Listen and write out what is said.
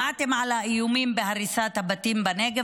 שמעתם על האיומים בהריסת הבתים בנגב?